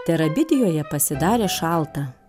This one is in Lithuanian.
terabitijoje pasidarė šalta